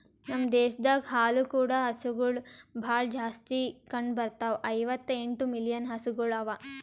ನಮ್ ದೇಶದಾಗ್ ಹಾಲು ಕೂಡ ಹಸುಗೊಳ್ ಭಾಳ್ ಜಾಸ್ತಿ ಕಂಡ ಬರ್ತಾವ, ಐವತ್ತ ಎಂಟು ಮಿಲಿಯನ್ ಹಸುಗೊಳ್ ಅವಾ